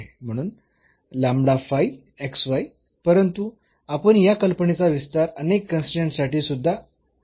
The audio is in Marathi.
म्हणून परंतु आपण या कल्पनेचा विस्तार अनेक कन्स्ट्रेन्ट्स साठी सुद्धा करू शकतो